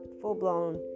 full-blown